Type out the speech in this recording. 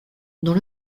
dans